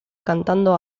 cantando